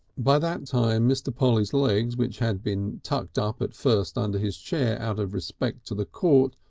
by that time mr. polly's legs, which had been tucked up at first under his chair out of respect to the court,